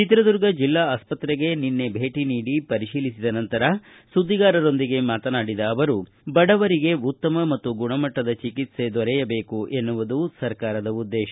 ಚಿತ್ರದುರ್ಗ ಜಿಲ್ಲಾ ಆಸ್ತತ್ರೆಗೆ ನಿನ್ನೆ ಭೇಟಿ ನೀಡಿ ಪರಿಶೀಲಿಸಿದ ನಂತರ ಸುದ್ಗಿಗಾರರೊಂದಿಗೆ ಮಾತನಾಡಿದ ಅವರು ಬಡವರಿಗೆ ಉತ್ತಮ ಮತ್ತು ಗುಣಮಟ್ಟದ ಚಿಕಿತ್ಸೆ ದೊರಕಬೇಕು ಎಂಬುದು ಸರ್ಕಾರದ ಉದ್ದೇಶ